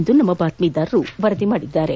ಎಂದು ನಮ್ಮ ಬಾತ್ಮೀದಾರರು ವರದಿ ಮಾಡಿದ್ದಾರೆ